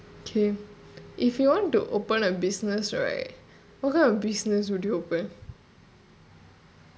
K if you want to open a business right what kind of business would you open